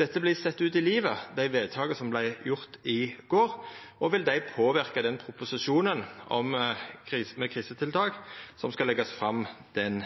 dei vedtaka som vart gjorde i går, verta sette ut i livet, og vil dei påverka proposisjonen med krisetiltak som skal leggjast fram den